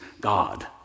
God